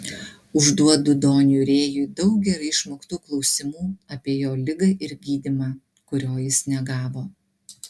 užduodu doniui rėjui daug gerai išmoktų klausimų apie jo ligą ir gydymą kurio jis negavo